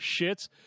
shits